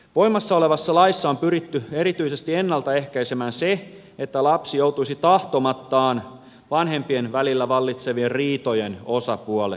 voimassa olevassa laissa on pyritty erityisesti ennalta ehkäisemään se että lapsi joutuisi tahtomattaan vanhempien välillä vallitsevien riitojen osapuoleksi